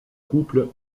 couple